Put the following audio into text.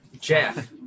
Jeff